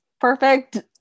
perfect